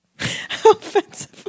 Offensive